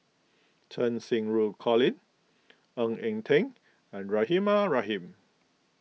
Cheng Xinru Colin Ng Eng Teng and Rahimah Rahim